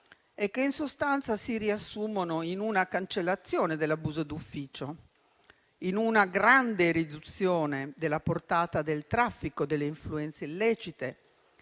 che in sostanza si riassumono in una cancellazione dell'abuso d'ufficio, in una grande riduzione della portata del traffico delle influenze illecite